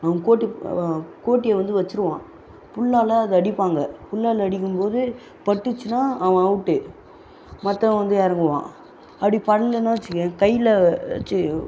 அவன் கோட்டி கோட்டியை வந்து வச்சுடுவான் புல்லால் அதை அடிப்பாங்க புல்லால அடிக்கும்போது பட்டுச்சுன்னா அவன் அவுட்டு மற்றவன் வந்து இறங்குவான் அப்படி படலைனா வச்சுக்கோ கையில வச்சு